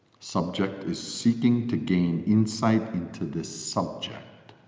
subject is seeking to gain insight into this subject,